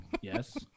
yes